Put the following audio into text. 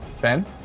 Ben